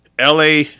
LA